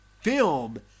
film